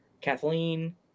Kathleen